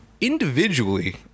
individually